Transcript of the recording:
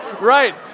right